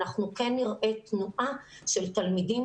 אנחנו כן נראה תנועה של תלמידים